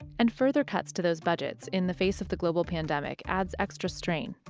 and further cuts to those budgets in the face of the global pandemic adds extra strain.